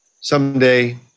someday